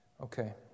Okay